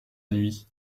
nuit